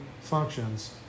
functions